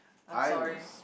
I'm sorry